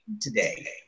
today